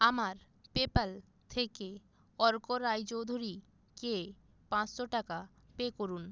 আমার পেপ্যাল থেকে অর্ক রায়চৌধুরীকে পাঁচশো টাকা পে করুন